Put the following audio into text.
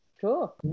cool